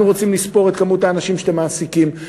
אנחנו רוצים לספור כמה אנשים אתם מעסיקים,